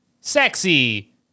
sexy